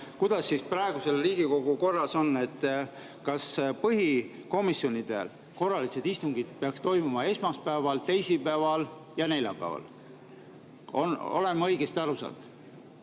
kuidas siis praegu seal Riigikogu korras on. Kas põhikomisjonide korralised istungid peaks toimuma esmaspäeval, teisipäeval ja neljapäeval? Olen ma õigesti aru